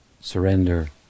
surrender